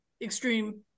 extreme